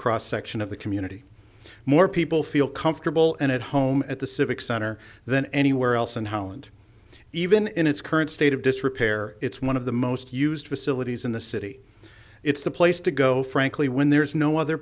cross section of the community more people feel comfortable and at home at the civic center than anywhere else in holland even in its current state of disrepair it's one of the most used facilities in the city it's the place to go frankly when there is no other